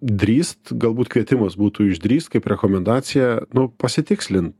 drįst galbūt kvietimas būtų išdrįst kaip rekomendacija nu pasitikslint